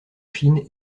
chine